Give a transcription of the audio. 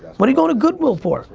what are you going to goodwill for?